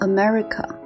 America